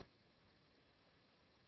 Grazie,